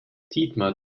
dietmar